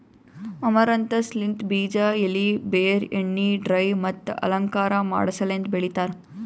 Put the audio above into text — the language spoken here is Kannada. ಅಮರಂಥಸ್ ಲಿಂತ್ ಬೀಜ, ಎಲಿ, ಬೇರ್, ಎಣ್ಣಿ, ಡೈ ಮತ್ತ ಅಲಂಕಾರ ಮಾಡಸಲೆಂದ್ ಬೆಳಿತಾರ್